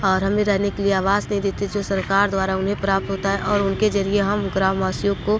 और हमें रहने के लिए आवास नहीं देते जो सरकार द्वारा उन्हें प्राप्त होता है और उनके जरिए हम ग्रामवासियों को